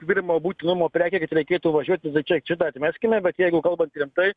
pirmo būtinumo prekė kad reikėtų važiuoti tada čia šitą atmeskim bet jeigu kalbant rimtai